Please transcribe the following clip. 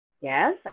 Yes